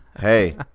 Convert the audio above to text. hey